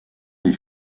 des